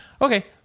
Okay